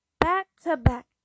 back-to-back